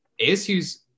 ASU's